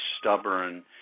stubborn